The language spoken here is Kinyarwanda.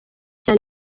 cyane